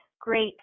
great